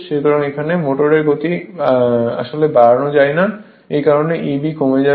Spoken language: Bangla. সুতরাং এখানে মোটরের গতি আসলে বাড়ানো যায় না এই কারণে Eb কমে যাবে